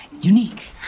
Unique